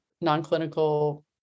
non-clinical